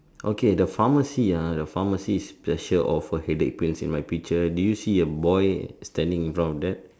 okay the pharmacy ah the pharmacy special offer headache pills in my picture do you see a boy standing in front of that